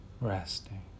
resting